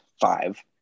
five